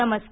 नमस्कार